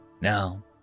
Now